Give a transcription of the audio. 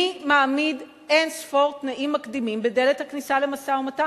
מי מעמיד אין-ספור תנאים מקדימים בדלת הכניסה למשא-ומתן?